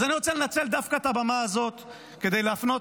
אז אני רוצה לנצל דווקא את הבמה הזאת כדי להפנות